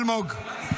די, חבר הכנסת אלמוג.